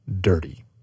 dirty